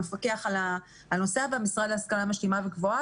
המפקח על הנושא במשרד להשכלה גבוהה ומשלימה.